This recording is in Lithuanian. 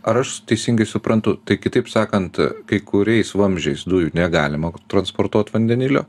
ar aš teisingai suprantu tai kitaip sakant kai kuriais vamzdžiais dujų negalima transportuot vandenilio